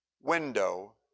window